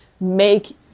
make